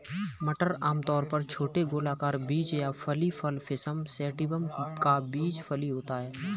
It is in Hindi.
मटर आमतौर पर छोटे गोलाकार बीज या फली फल पिसम सैटिवम का बीज फली होता है